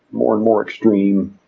more and more extreme.